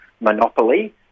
monopoly